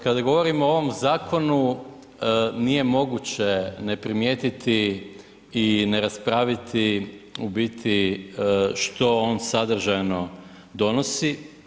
Kada govorimo o ovom zakonu, nije moguće ne primijetiti i ne raspraviti u biti što on sadržajno donosi.